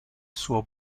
suo